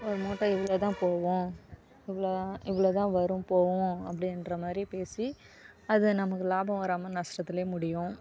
ஒரு மூட்டை இவ்வளோதான் போகும் இவ்வளோதான் இவ்வளோதான் வரும் போகும் அப்படின்ற மாதிரி பேசி அதை நமக்கு லாபம் வராமல் நஷ்டத்தில் முடியும்